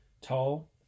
Tall